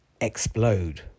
explode